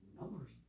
numbers